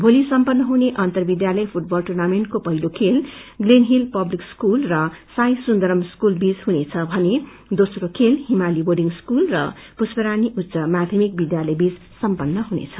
भोली सम्पन्न हुने अन्तर विध्यालय फूटबल टुनमिण्टाके पहिलो खेल ग्लेनहिल पन्तीक स्कूल र साईसून्दरम स्कूल बीच हुनेद भने दोम्रो खेल हिमाली बोर्डिङ स्कूल र पुष्परानी उच्च माध्यमिक विध्यालय बीच सम्पन्न हुनेछ